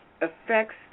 affects